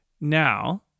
now